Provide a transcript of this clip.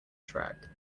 track